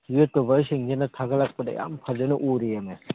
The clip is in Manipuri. ꯌꯨꯇ꯭ꯌꯨꯕꯔꯁꯤꯡꯁꯤꯅ ꯊꯥꯒꯠꯂꯛꯄꯗ ꯌꯥꯝ ꯐꯖꯅ ꯎꯔꯦꯃꯦ